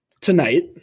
tonight